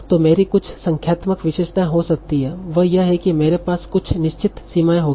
तो मेरी कुछ संख्यात्मक विशेषताएं हो सकती हैं वह यह है कि मेरे पास कुछ निश्चित सीमाएँ होंगी